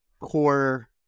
core